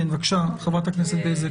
כן, בבקשה, חברת הכנסת בזק.